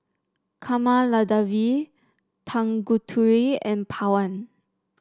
Kamaladevi Tanguturi and Pawan